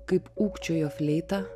kaip ūkčiojo fleita